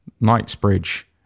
Knightsbridge